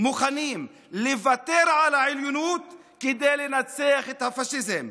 מוכנים לוותר על העליונות כדי לנצח את הפשיזם.